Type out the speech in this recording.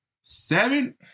Seven